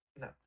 no